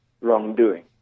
Wrongdoing